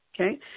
okay